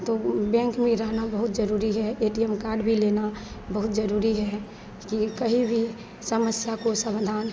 तो बैंक में रहना बहुत ज़रूरी है ए टी यम कार्ड भी लेना बहुत ज़रूरी है कि कहीं भी समस्या को समाधान